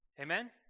Amen